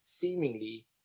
seemingly